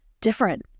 different